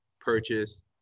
purchase